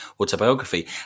autobiography